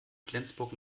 flensburg